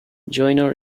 joyner